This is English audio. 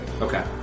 Okay